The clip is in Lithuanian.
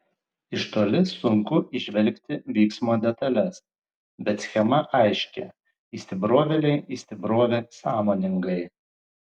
iš toli sunku įžvelgti vyksmo detales bet schema aiški įsibrovėliai įsibrovė sąmoningai